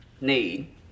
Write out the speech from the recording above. need